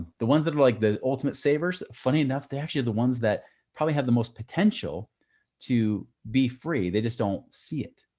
the ones that were like the ultimate savers, funny enough, they actually are the ones probably have the most potential to be free. they just don't see it.